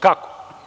Kako?